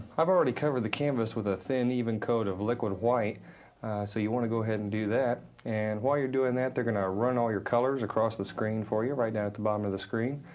i've already covered the canvas with a thin even coat of liquid white so you want to go ahead and do that and while you're doing that, they're gonna run all your colors across the screen for you right down at the bottom of the screen.